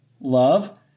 love